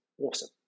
awesome